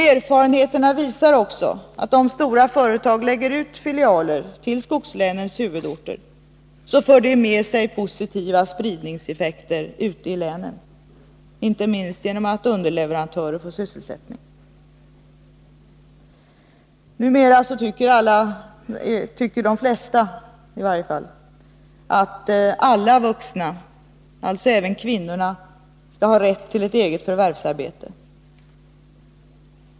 Erfarenheten visar också att om stora företag lägger ut filialer till skogslänens huvudorter så för det med sig positiva spridningseffekter ute i de berörda länen, inte minst genom att underleverantörer får sysselsättning. Numera tycker de flesta att alla vuxna — alltså även kvinnorna — skall ha rätt till ett eget förvärvsarbete.